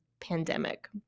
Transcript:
pandemic